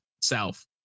south